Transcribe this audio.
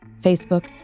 Facebook